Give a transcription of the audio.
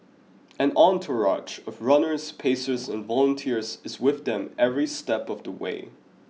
an entourage of runners pacers and volunteers is with them every step of the way